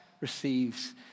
receives